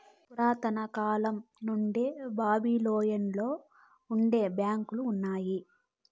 పురాతన కాలం నుండి బాబిలోనియలో నుండే బ్యాంకులు ఉన్నాయి